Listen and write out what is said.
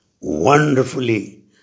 wonderfully